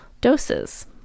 doses